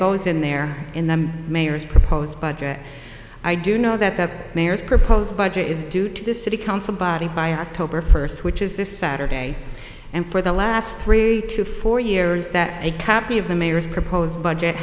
goes in there in the mayor's proposed budget i do know that the mayor's proposed budget is due to the city council by october first which is this saturday and for the last three to four years that a copy of the mayor's proposed budget